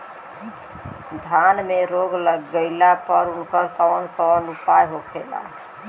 धान में रोग लग गईला पर उकर कवन कवन उपाय होखेला?